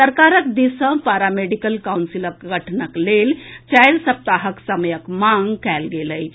सरकारक दिस सँ पारामेडिकल काउंसिलक गठनक लेल चारि सप्ताहक समयक मांग कयल गेल अछि